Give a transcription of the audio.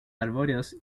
arbóreos